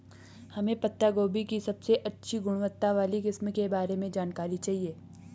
हमें पत्ता गोभी की सबसे अच्छी गुणवत्ता वाली किस्म के बारे में जानकारी चाहिए?